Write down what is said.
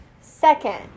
Second